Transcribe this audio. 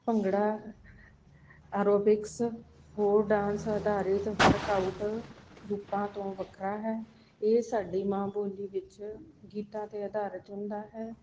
bhangra aerobics ਹੋਰ dance ਅਧਾਰਿਤ workout ਰੂਪਾਂ ਤੋਂ ਵੱਖਰਾ ਹੈ ਇਹ ਸਾਡੀ ਮਾਂ ਬੋਲੀ ਵਿੱਚ ਗੀਤਾਂ 'ਤੇ ਅਧਾਰਿਤ ਹੁੰਦਾ ਹੈ